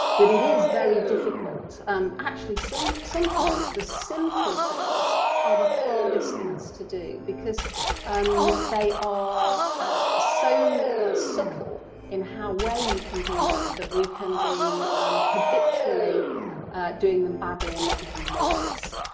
but it is very difficult um actually so sometimes the simple things are the hardest things to do, because um they are so subtle in how well you can do them that we can be um habitually doing them badly and not even notice,